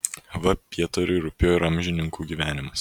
v pietariui rūpėjo ir amžininkų gyvenimas